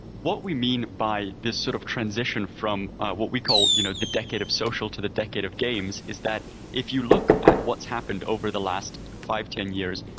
what we mean by this sort of transition from what we call you know, the decade of social to the decade of games, is that if you look at what's happened over the last five, ten years,